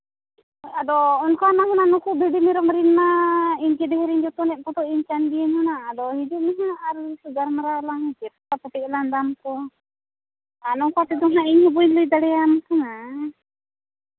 ᱟᱫᱚ ᱚᱱᱠᱟ ᱢᱟ ᱦᱩᱱᱟᱹᱝ ᱱᱩᱠᱩ ᱵᱷᱤᱰᱤ ᱢᱮᱨᱚᱢ ᱨᱮᱱ ᱢᱟ ᱤᱧᱜᱮ ᱰᱷᱮᱨ ᱤᱧ ᱡᱚᱛᱚᱱᱮᱫ ᱠᱚᱫᱚ ᱤᱧ ᱠᱟᱱ ᱜᱤᱭᱟᱹᱧ ᱦᱩᱱᱟᱹᱝ ᱟᱫᱚ ᱦᱤᱡᱩᱜ ᱢᱮ ᱦᱟᱸᱜ ᱟᱨ ᱜᱟᱞᱢᱟᱨᱟᱣ ᱟᱞᱟᱝ ᱦᱮᱸ ᱥᱮ ᱯᱳᱴᱟᱯᱩᱴᱤᱜ ᱟᱞᱟᱝ ᱫᱟᱢ ᱠᱚ ᱟᱨ ᱱᱚᱝᱠᱟ ᱛᱮᱫᱚ ᱦᱟᱸᱜ ᱤᱧ ᱦᱚᱸ ᱵᱟᱹᱧ ᱞᱟᱹᱭ ᱫᱟᱲᱮᱭᱟᱢ ᱠᱟᱱᱟ